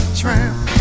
tramp